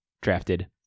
drafted